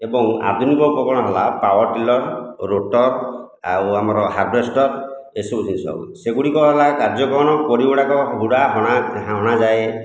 ଏବଂ ଆଧୁନିକ ଉପକରଣ ହେଲା ପାୱାର ଟିଲର ରୋଟର ଆଉ ଆମର ହାର୍ବେଷ୍ଟର ଏସବୁ ଜିନିଷ ସେଗୁଡ଼ିକ ହେଲା କାର୍ଯ୍ୟ କ'ଣ କୋଡ଼ି ଗୁଡ଼ାକ ଗୁଡ଼ା ହଣା ହଣା ଯାଏ